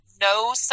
no